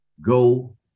go